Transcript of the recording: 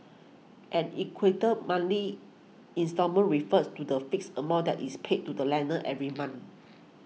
an equated monthly instalment refers to the fixed amount that is paid to the lender every month